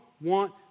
want